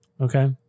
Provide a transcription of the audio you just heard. okay